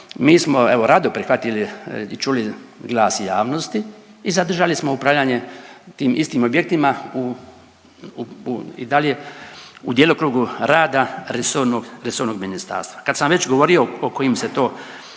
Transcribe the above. mi smo evo rado prihvatili i čuli glas javnosti i zadržali smo upravljanje tim istim objektima u i dalje u djelokrugu rada resornog ministarstva. Kad sam već govorio o kojim se to